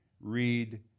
read